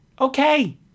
Okay